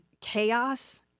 chaos